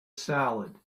salad